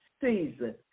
season